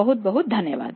बहुत बहुत धन्यवाद